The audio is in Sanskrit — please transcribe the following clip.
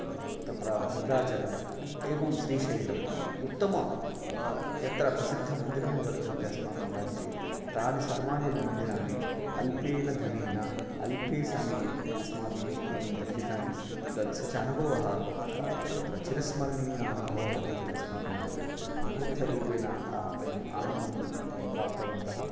तत्र भद्राचलं एवम् श्रीशैलम् उत्तम यत्र प्रसिद्धमन्दिराणि वर्तन्ते अस्माकं राज्ये तानि सर्वाणि मन्दिराणि अल्पेन धनेन अल्पे समये अस्माभिः एवं दर्शितानि तत् स च अनुभवः तत्र चिरस्मरणीय अनुभवः वर्तते अस्माकं कृते बहुविधरूपेण वयं आनन्दं वयं प्राप्तवन्तः